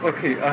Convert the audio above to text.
Okay